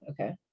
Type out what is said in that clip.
okay